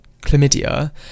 chlamydia